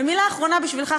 מילה אחרונה בשבילך,